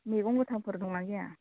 मैगं गोथांफोर दं ना गैया